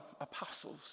apostles